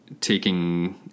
taking